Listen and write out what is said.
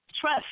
Trust